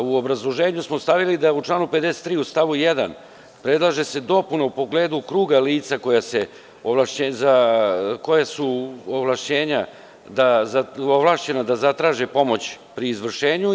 U obrazloženju smo stavili da se u članu 53. stavu 1. predlaže dopuna u pogledu kruga lica koja su ovlašćena da zatraže pomoć pri izvršenju.